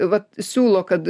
vat siūlo kad